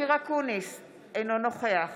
אופיר אקוניס, אינו נוכח